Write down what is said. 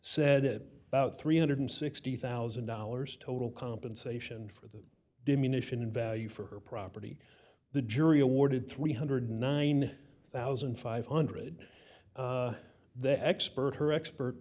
said it about three hundred and sixty thousand dollars total compensation for the diminished in value for her property the jury awarded three hundred and nine thousand five hundred the expert her expert